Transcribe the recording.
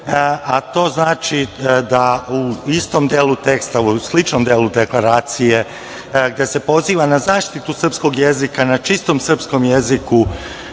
a to znači da u istom delu teksta i sličnom delu deklaracije gde se poziva na zaštitu srpskog jezika, na čistom srpskom jeziku